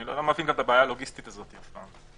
אני לא מבין את הבעיה הלוגיסטית הזאת אף פעם.